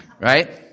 Right